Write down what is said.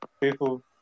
people